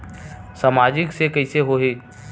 सामाजिक से कइसे होही?